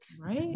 Right